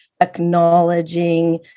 acknowledging